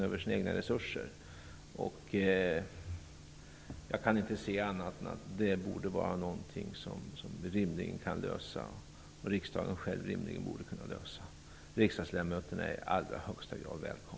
Jag kan inte se annat än att detta borde vara något som riksdagen själv rimligen borde kunna lösa. Riksdagsledamöterna är i allra högsta grad välkomna.